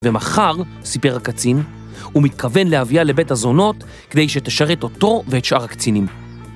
ומחר, סיפר הקצין, הוא מתכוון להביאה לבית הזונות כדי שתשרת אותו ואת שאר הקצינים.